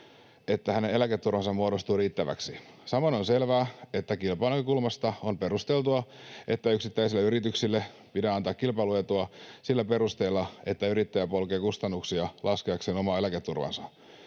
että hänen eläketurvansa muodostuu riittäväksi. Samoin on selvää, että kilpailun näkökulmasta on perusteltua, ettei yksittäisille yrityksille pidä antaa kilpailuetua sillä perusteella, että yrittäjä polkee kustannuksia laskeakseen omaa eläketurvaansa.